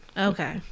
okay